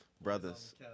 Brothers